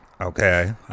Okay